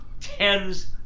tens